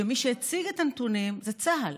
כשמי שהציג את הנתונים זה צה"ל.